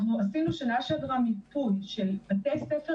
אנחנו עשינו שנה שעברה מיפוי של בתי ספר